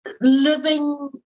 living